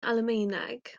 almaeneg